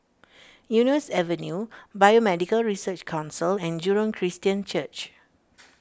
Eunos Avenue Biomedical Research Council and Jurong Christian Church